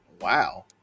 Wow